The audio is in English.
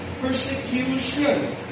persecution